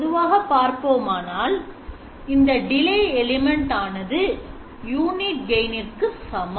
பொதுவாக பார்ப்போமானால் இந்த delay element ஆனது Unity gain இக்கு சமம்